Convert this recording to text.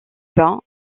bas